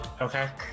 Okay